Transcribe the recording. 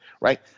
right